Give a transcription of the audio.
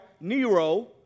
Nero